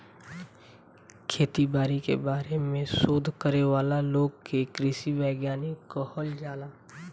खेती बारी के बारे में शोध करे वाला लोग के कृषि वैज्ञानिक कहल जाला